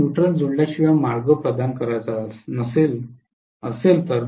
मला न्यूट्ल जोडल्याशिवाय मार्ग प्रदान करायचा असेल तर